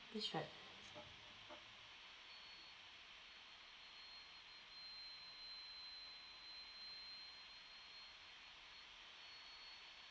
that's right